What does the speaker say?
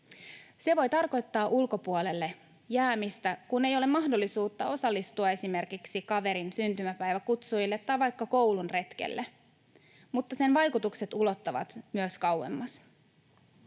Se voi tarkoittaa ulkopuolelle jäämistä, kun ei ole mahdollisuutta osallistua esimerkiksi kaverin syntymäpäiväkutsuille tai vaikka koulun retkelle, mutta sen vaikutukset ulottuvat myös kauemmas.